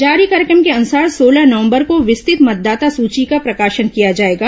जारी कार्यक्रम के अनुसार सोलह नवंबर को विस्तृत मतदाता सूची का प्रकाशन किया जाएगा